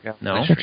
No